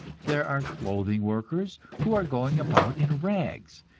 there are clothing-workers who are going about in rags,